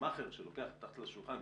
מאכר שלוקח מתחת לשולחן,